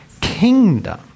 kingdom